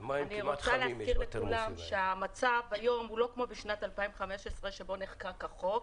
אני רוצה להזכיר לכולם שהמצב היום הוא לא כמו בשנת 2015 עת נחקק החוק,